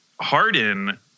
Harden